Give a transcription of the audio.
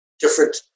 different